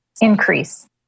increase